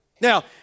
now